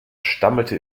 stammelte